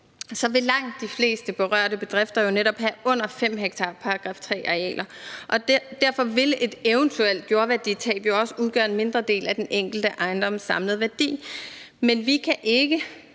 vil langt de fleste berørte bedrifter jo netop have under 5 ha § 3-arealer, og derfor vil et eventuelt jordværditab også udgøre en mindre del af den enkelte ejendoms samlede værdi. Men vi kan ikke,